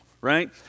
right